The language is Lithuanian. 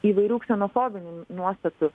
įvairių ksenofobinių nuostatų